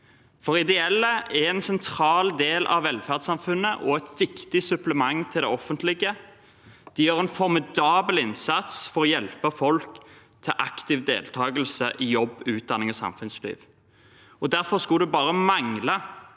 dag. Ideelle er en sentral del av velferdssamfunnet og et viktig supplement til det offentlige. De gjør en formidabel innsats for å hjelpe folk til aktiv deltakelse i jobb, utdanning og samfunnsliv. Derfor skulle det også bare mangle